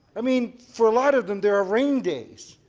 i mean for a lot of them there are rain days,